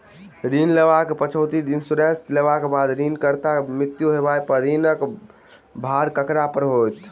ऋण लेबाक पिछैती इन्सुरेंस लेबाक बाद ऋणकर्ताक मृत्यु होबय पर ऋणक भार ककरा पर होइत?